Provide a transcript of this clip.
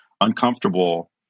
uncomfortable